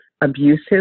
abusive